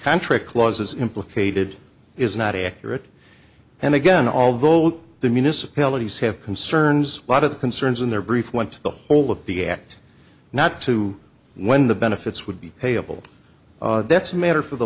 contract clause is implicated is not accurate and again although the municipalities have concerns a lot of the concerns in their brief went to the whole of the act not to when the benefits would be payable that's matter for the